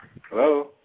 Hello